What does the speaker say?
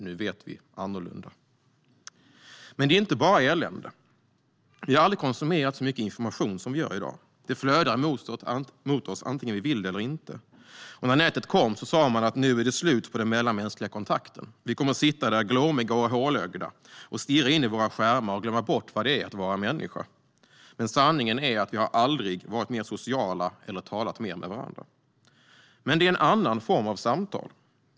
Nu vet vi annorlunda. Men det är inte bara elände. Vi har aldrig konsumerat så mycket information som vi gör i dag. Den flödar emot oss antingen vi vill det eller inte. När nätet kom sa man: Nu är det slut på den mellanmänskliga kontakten - vi kommer att sitta där, glåmiga och hålögda, och stirra in i våra skärmar och glömma bort vad det är att vara människa. Men sanningen är att vi aldrig har varit mer sociala eller talat mer med varandra. Det är dock en annan form av samtal.